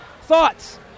Thoughts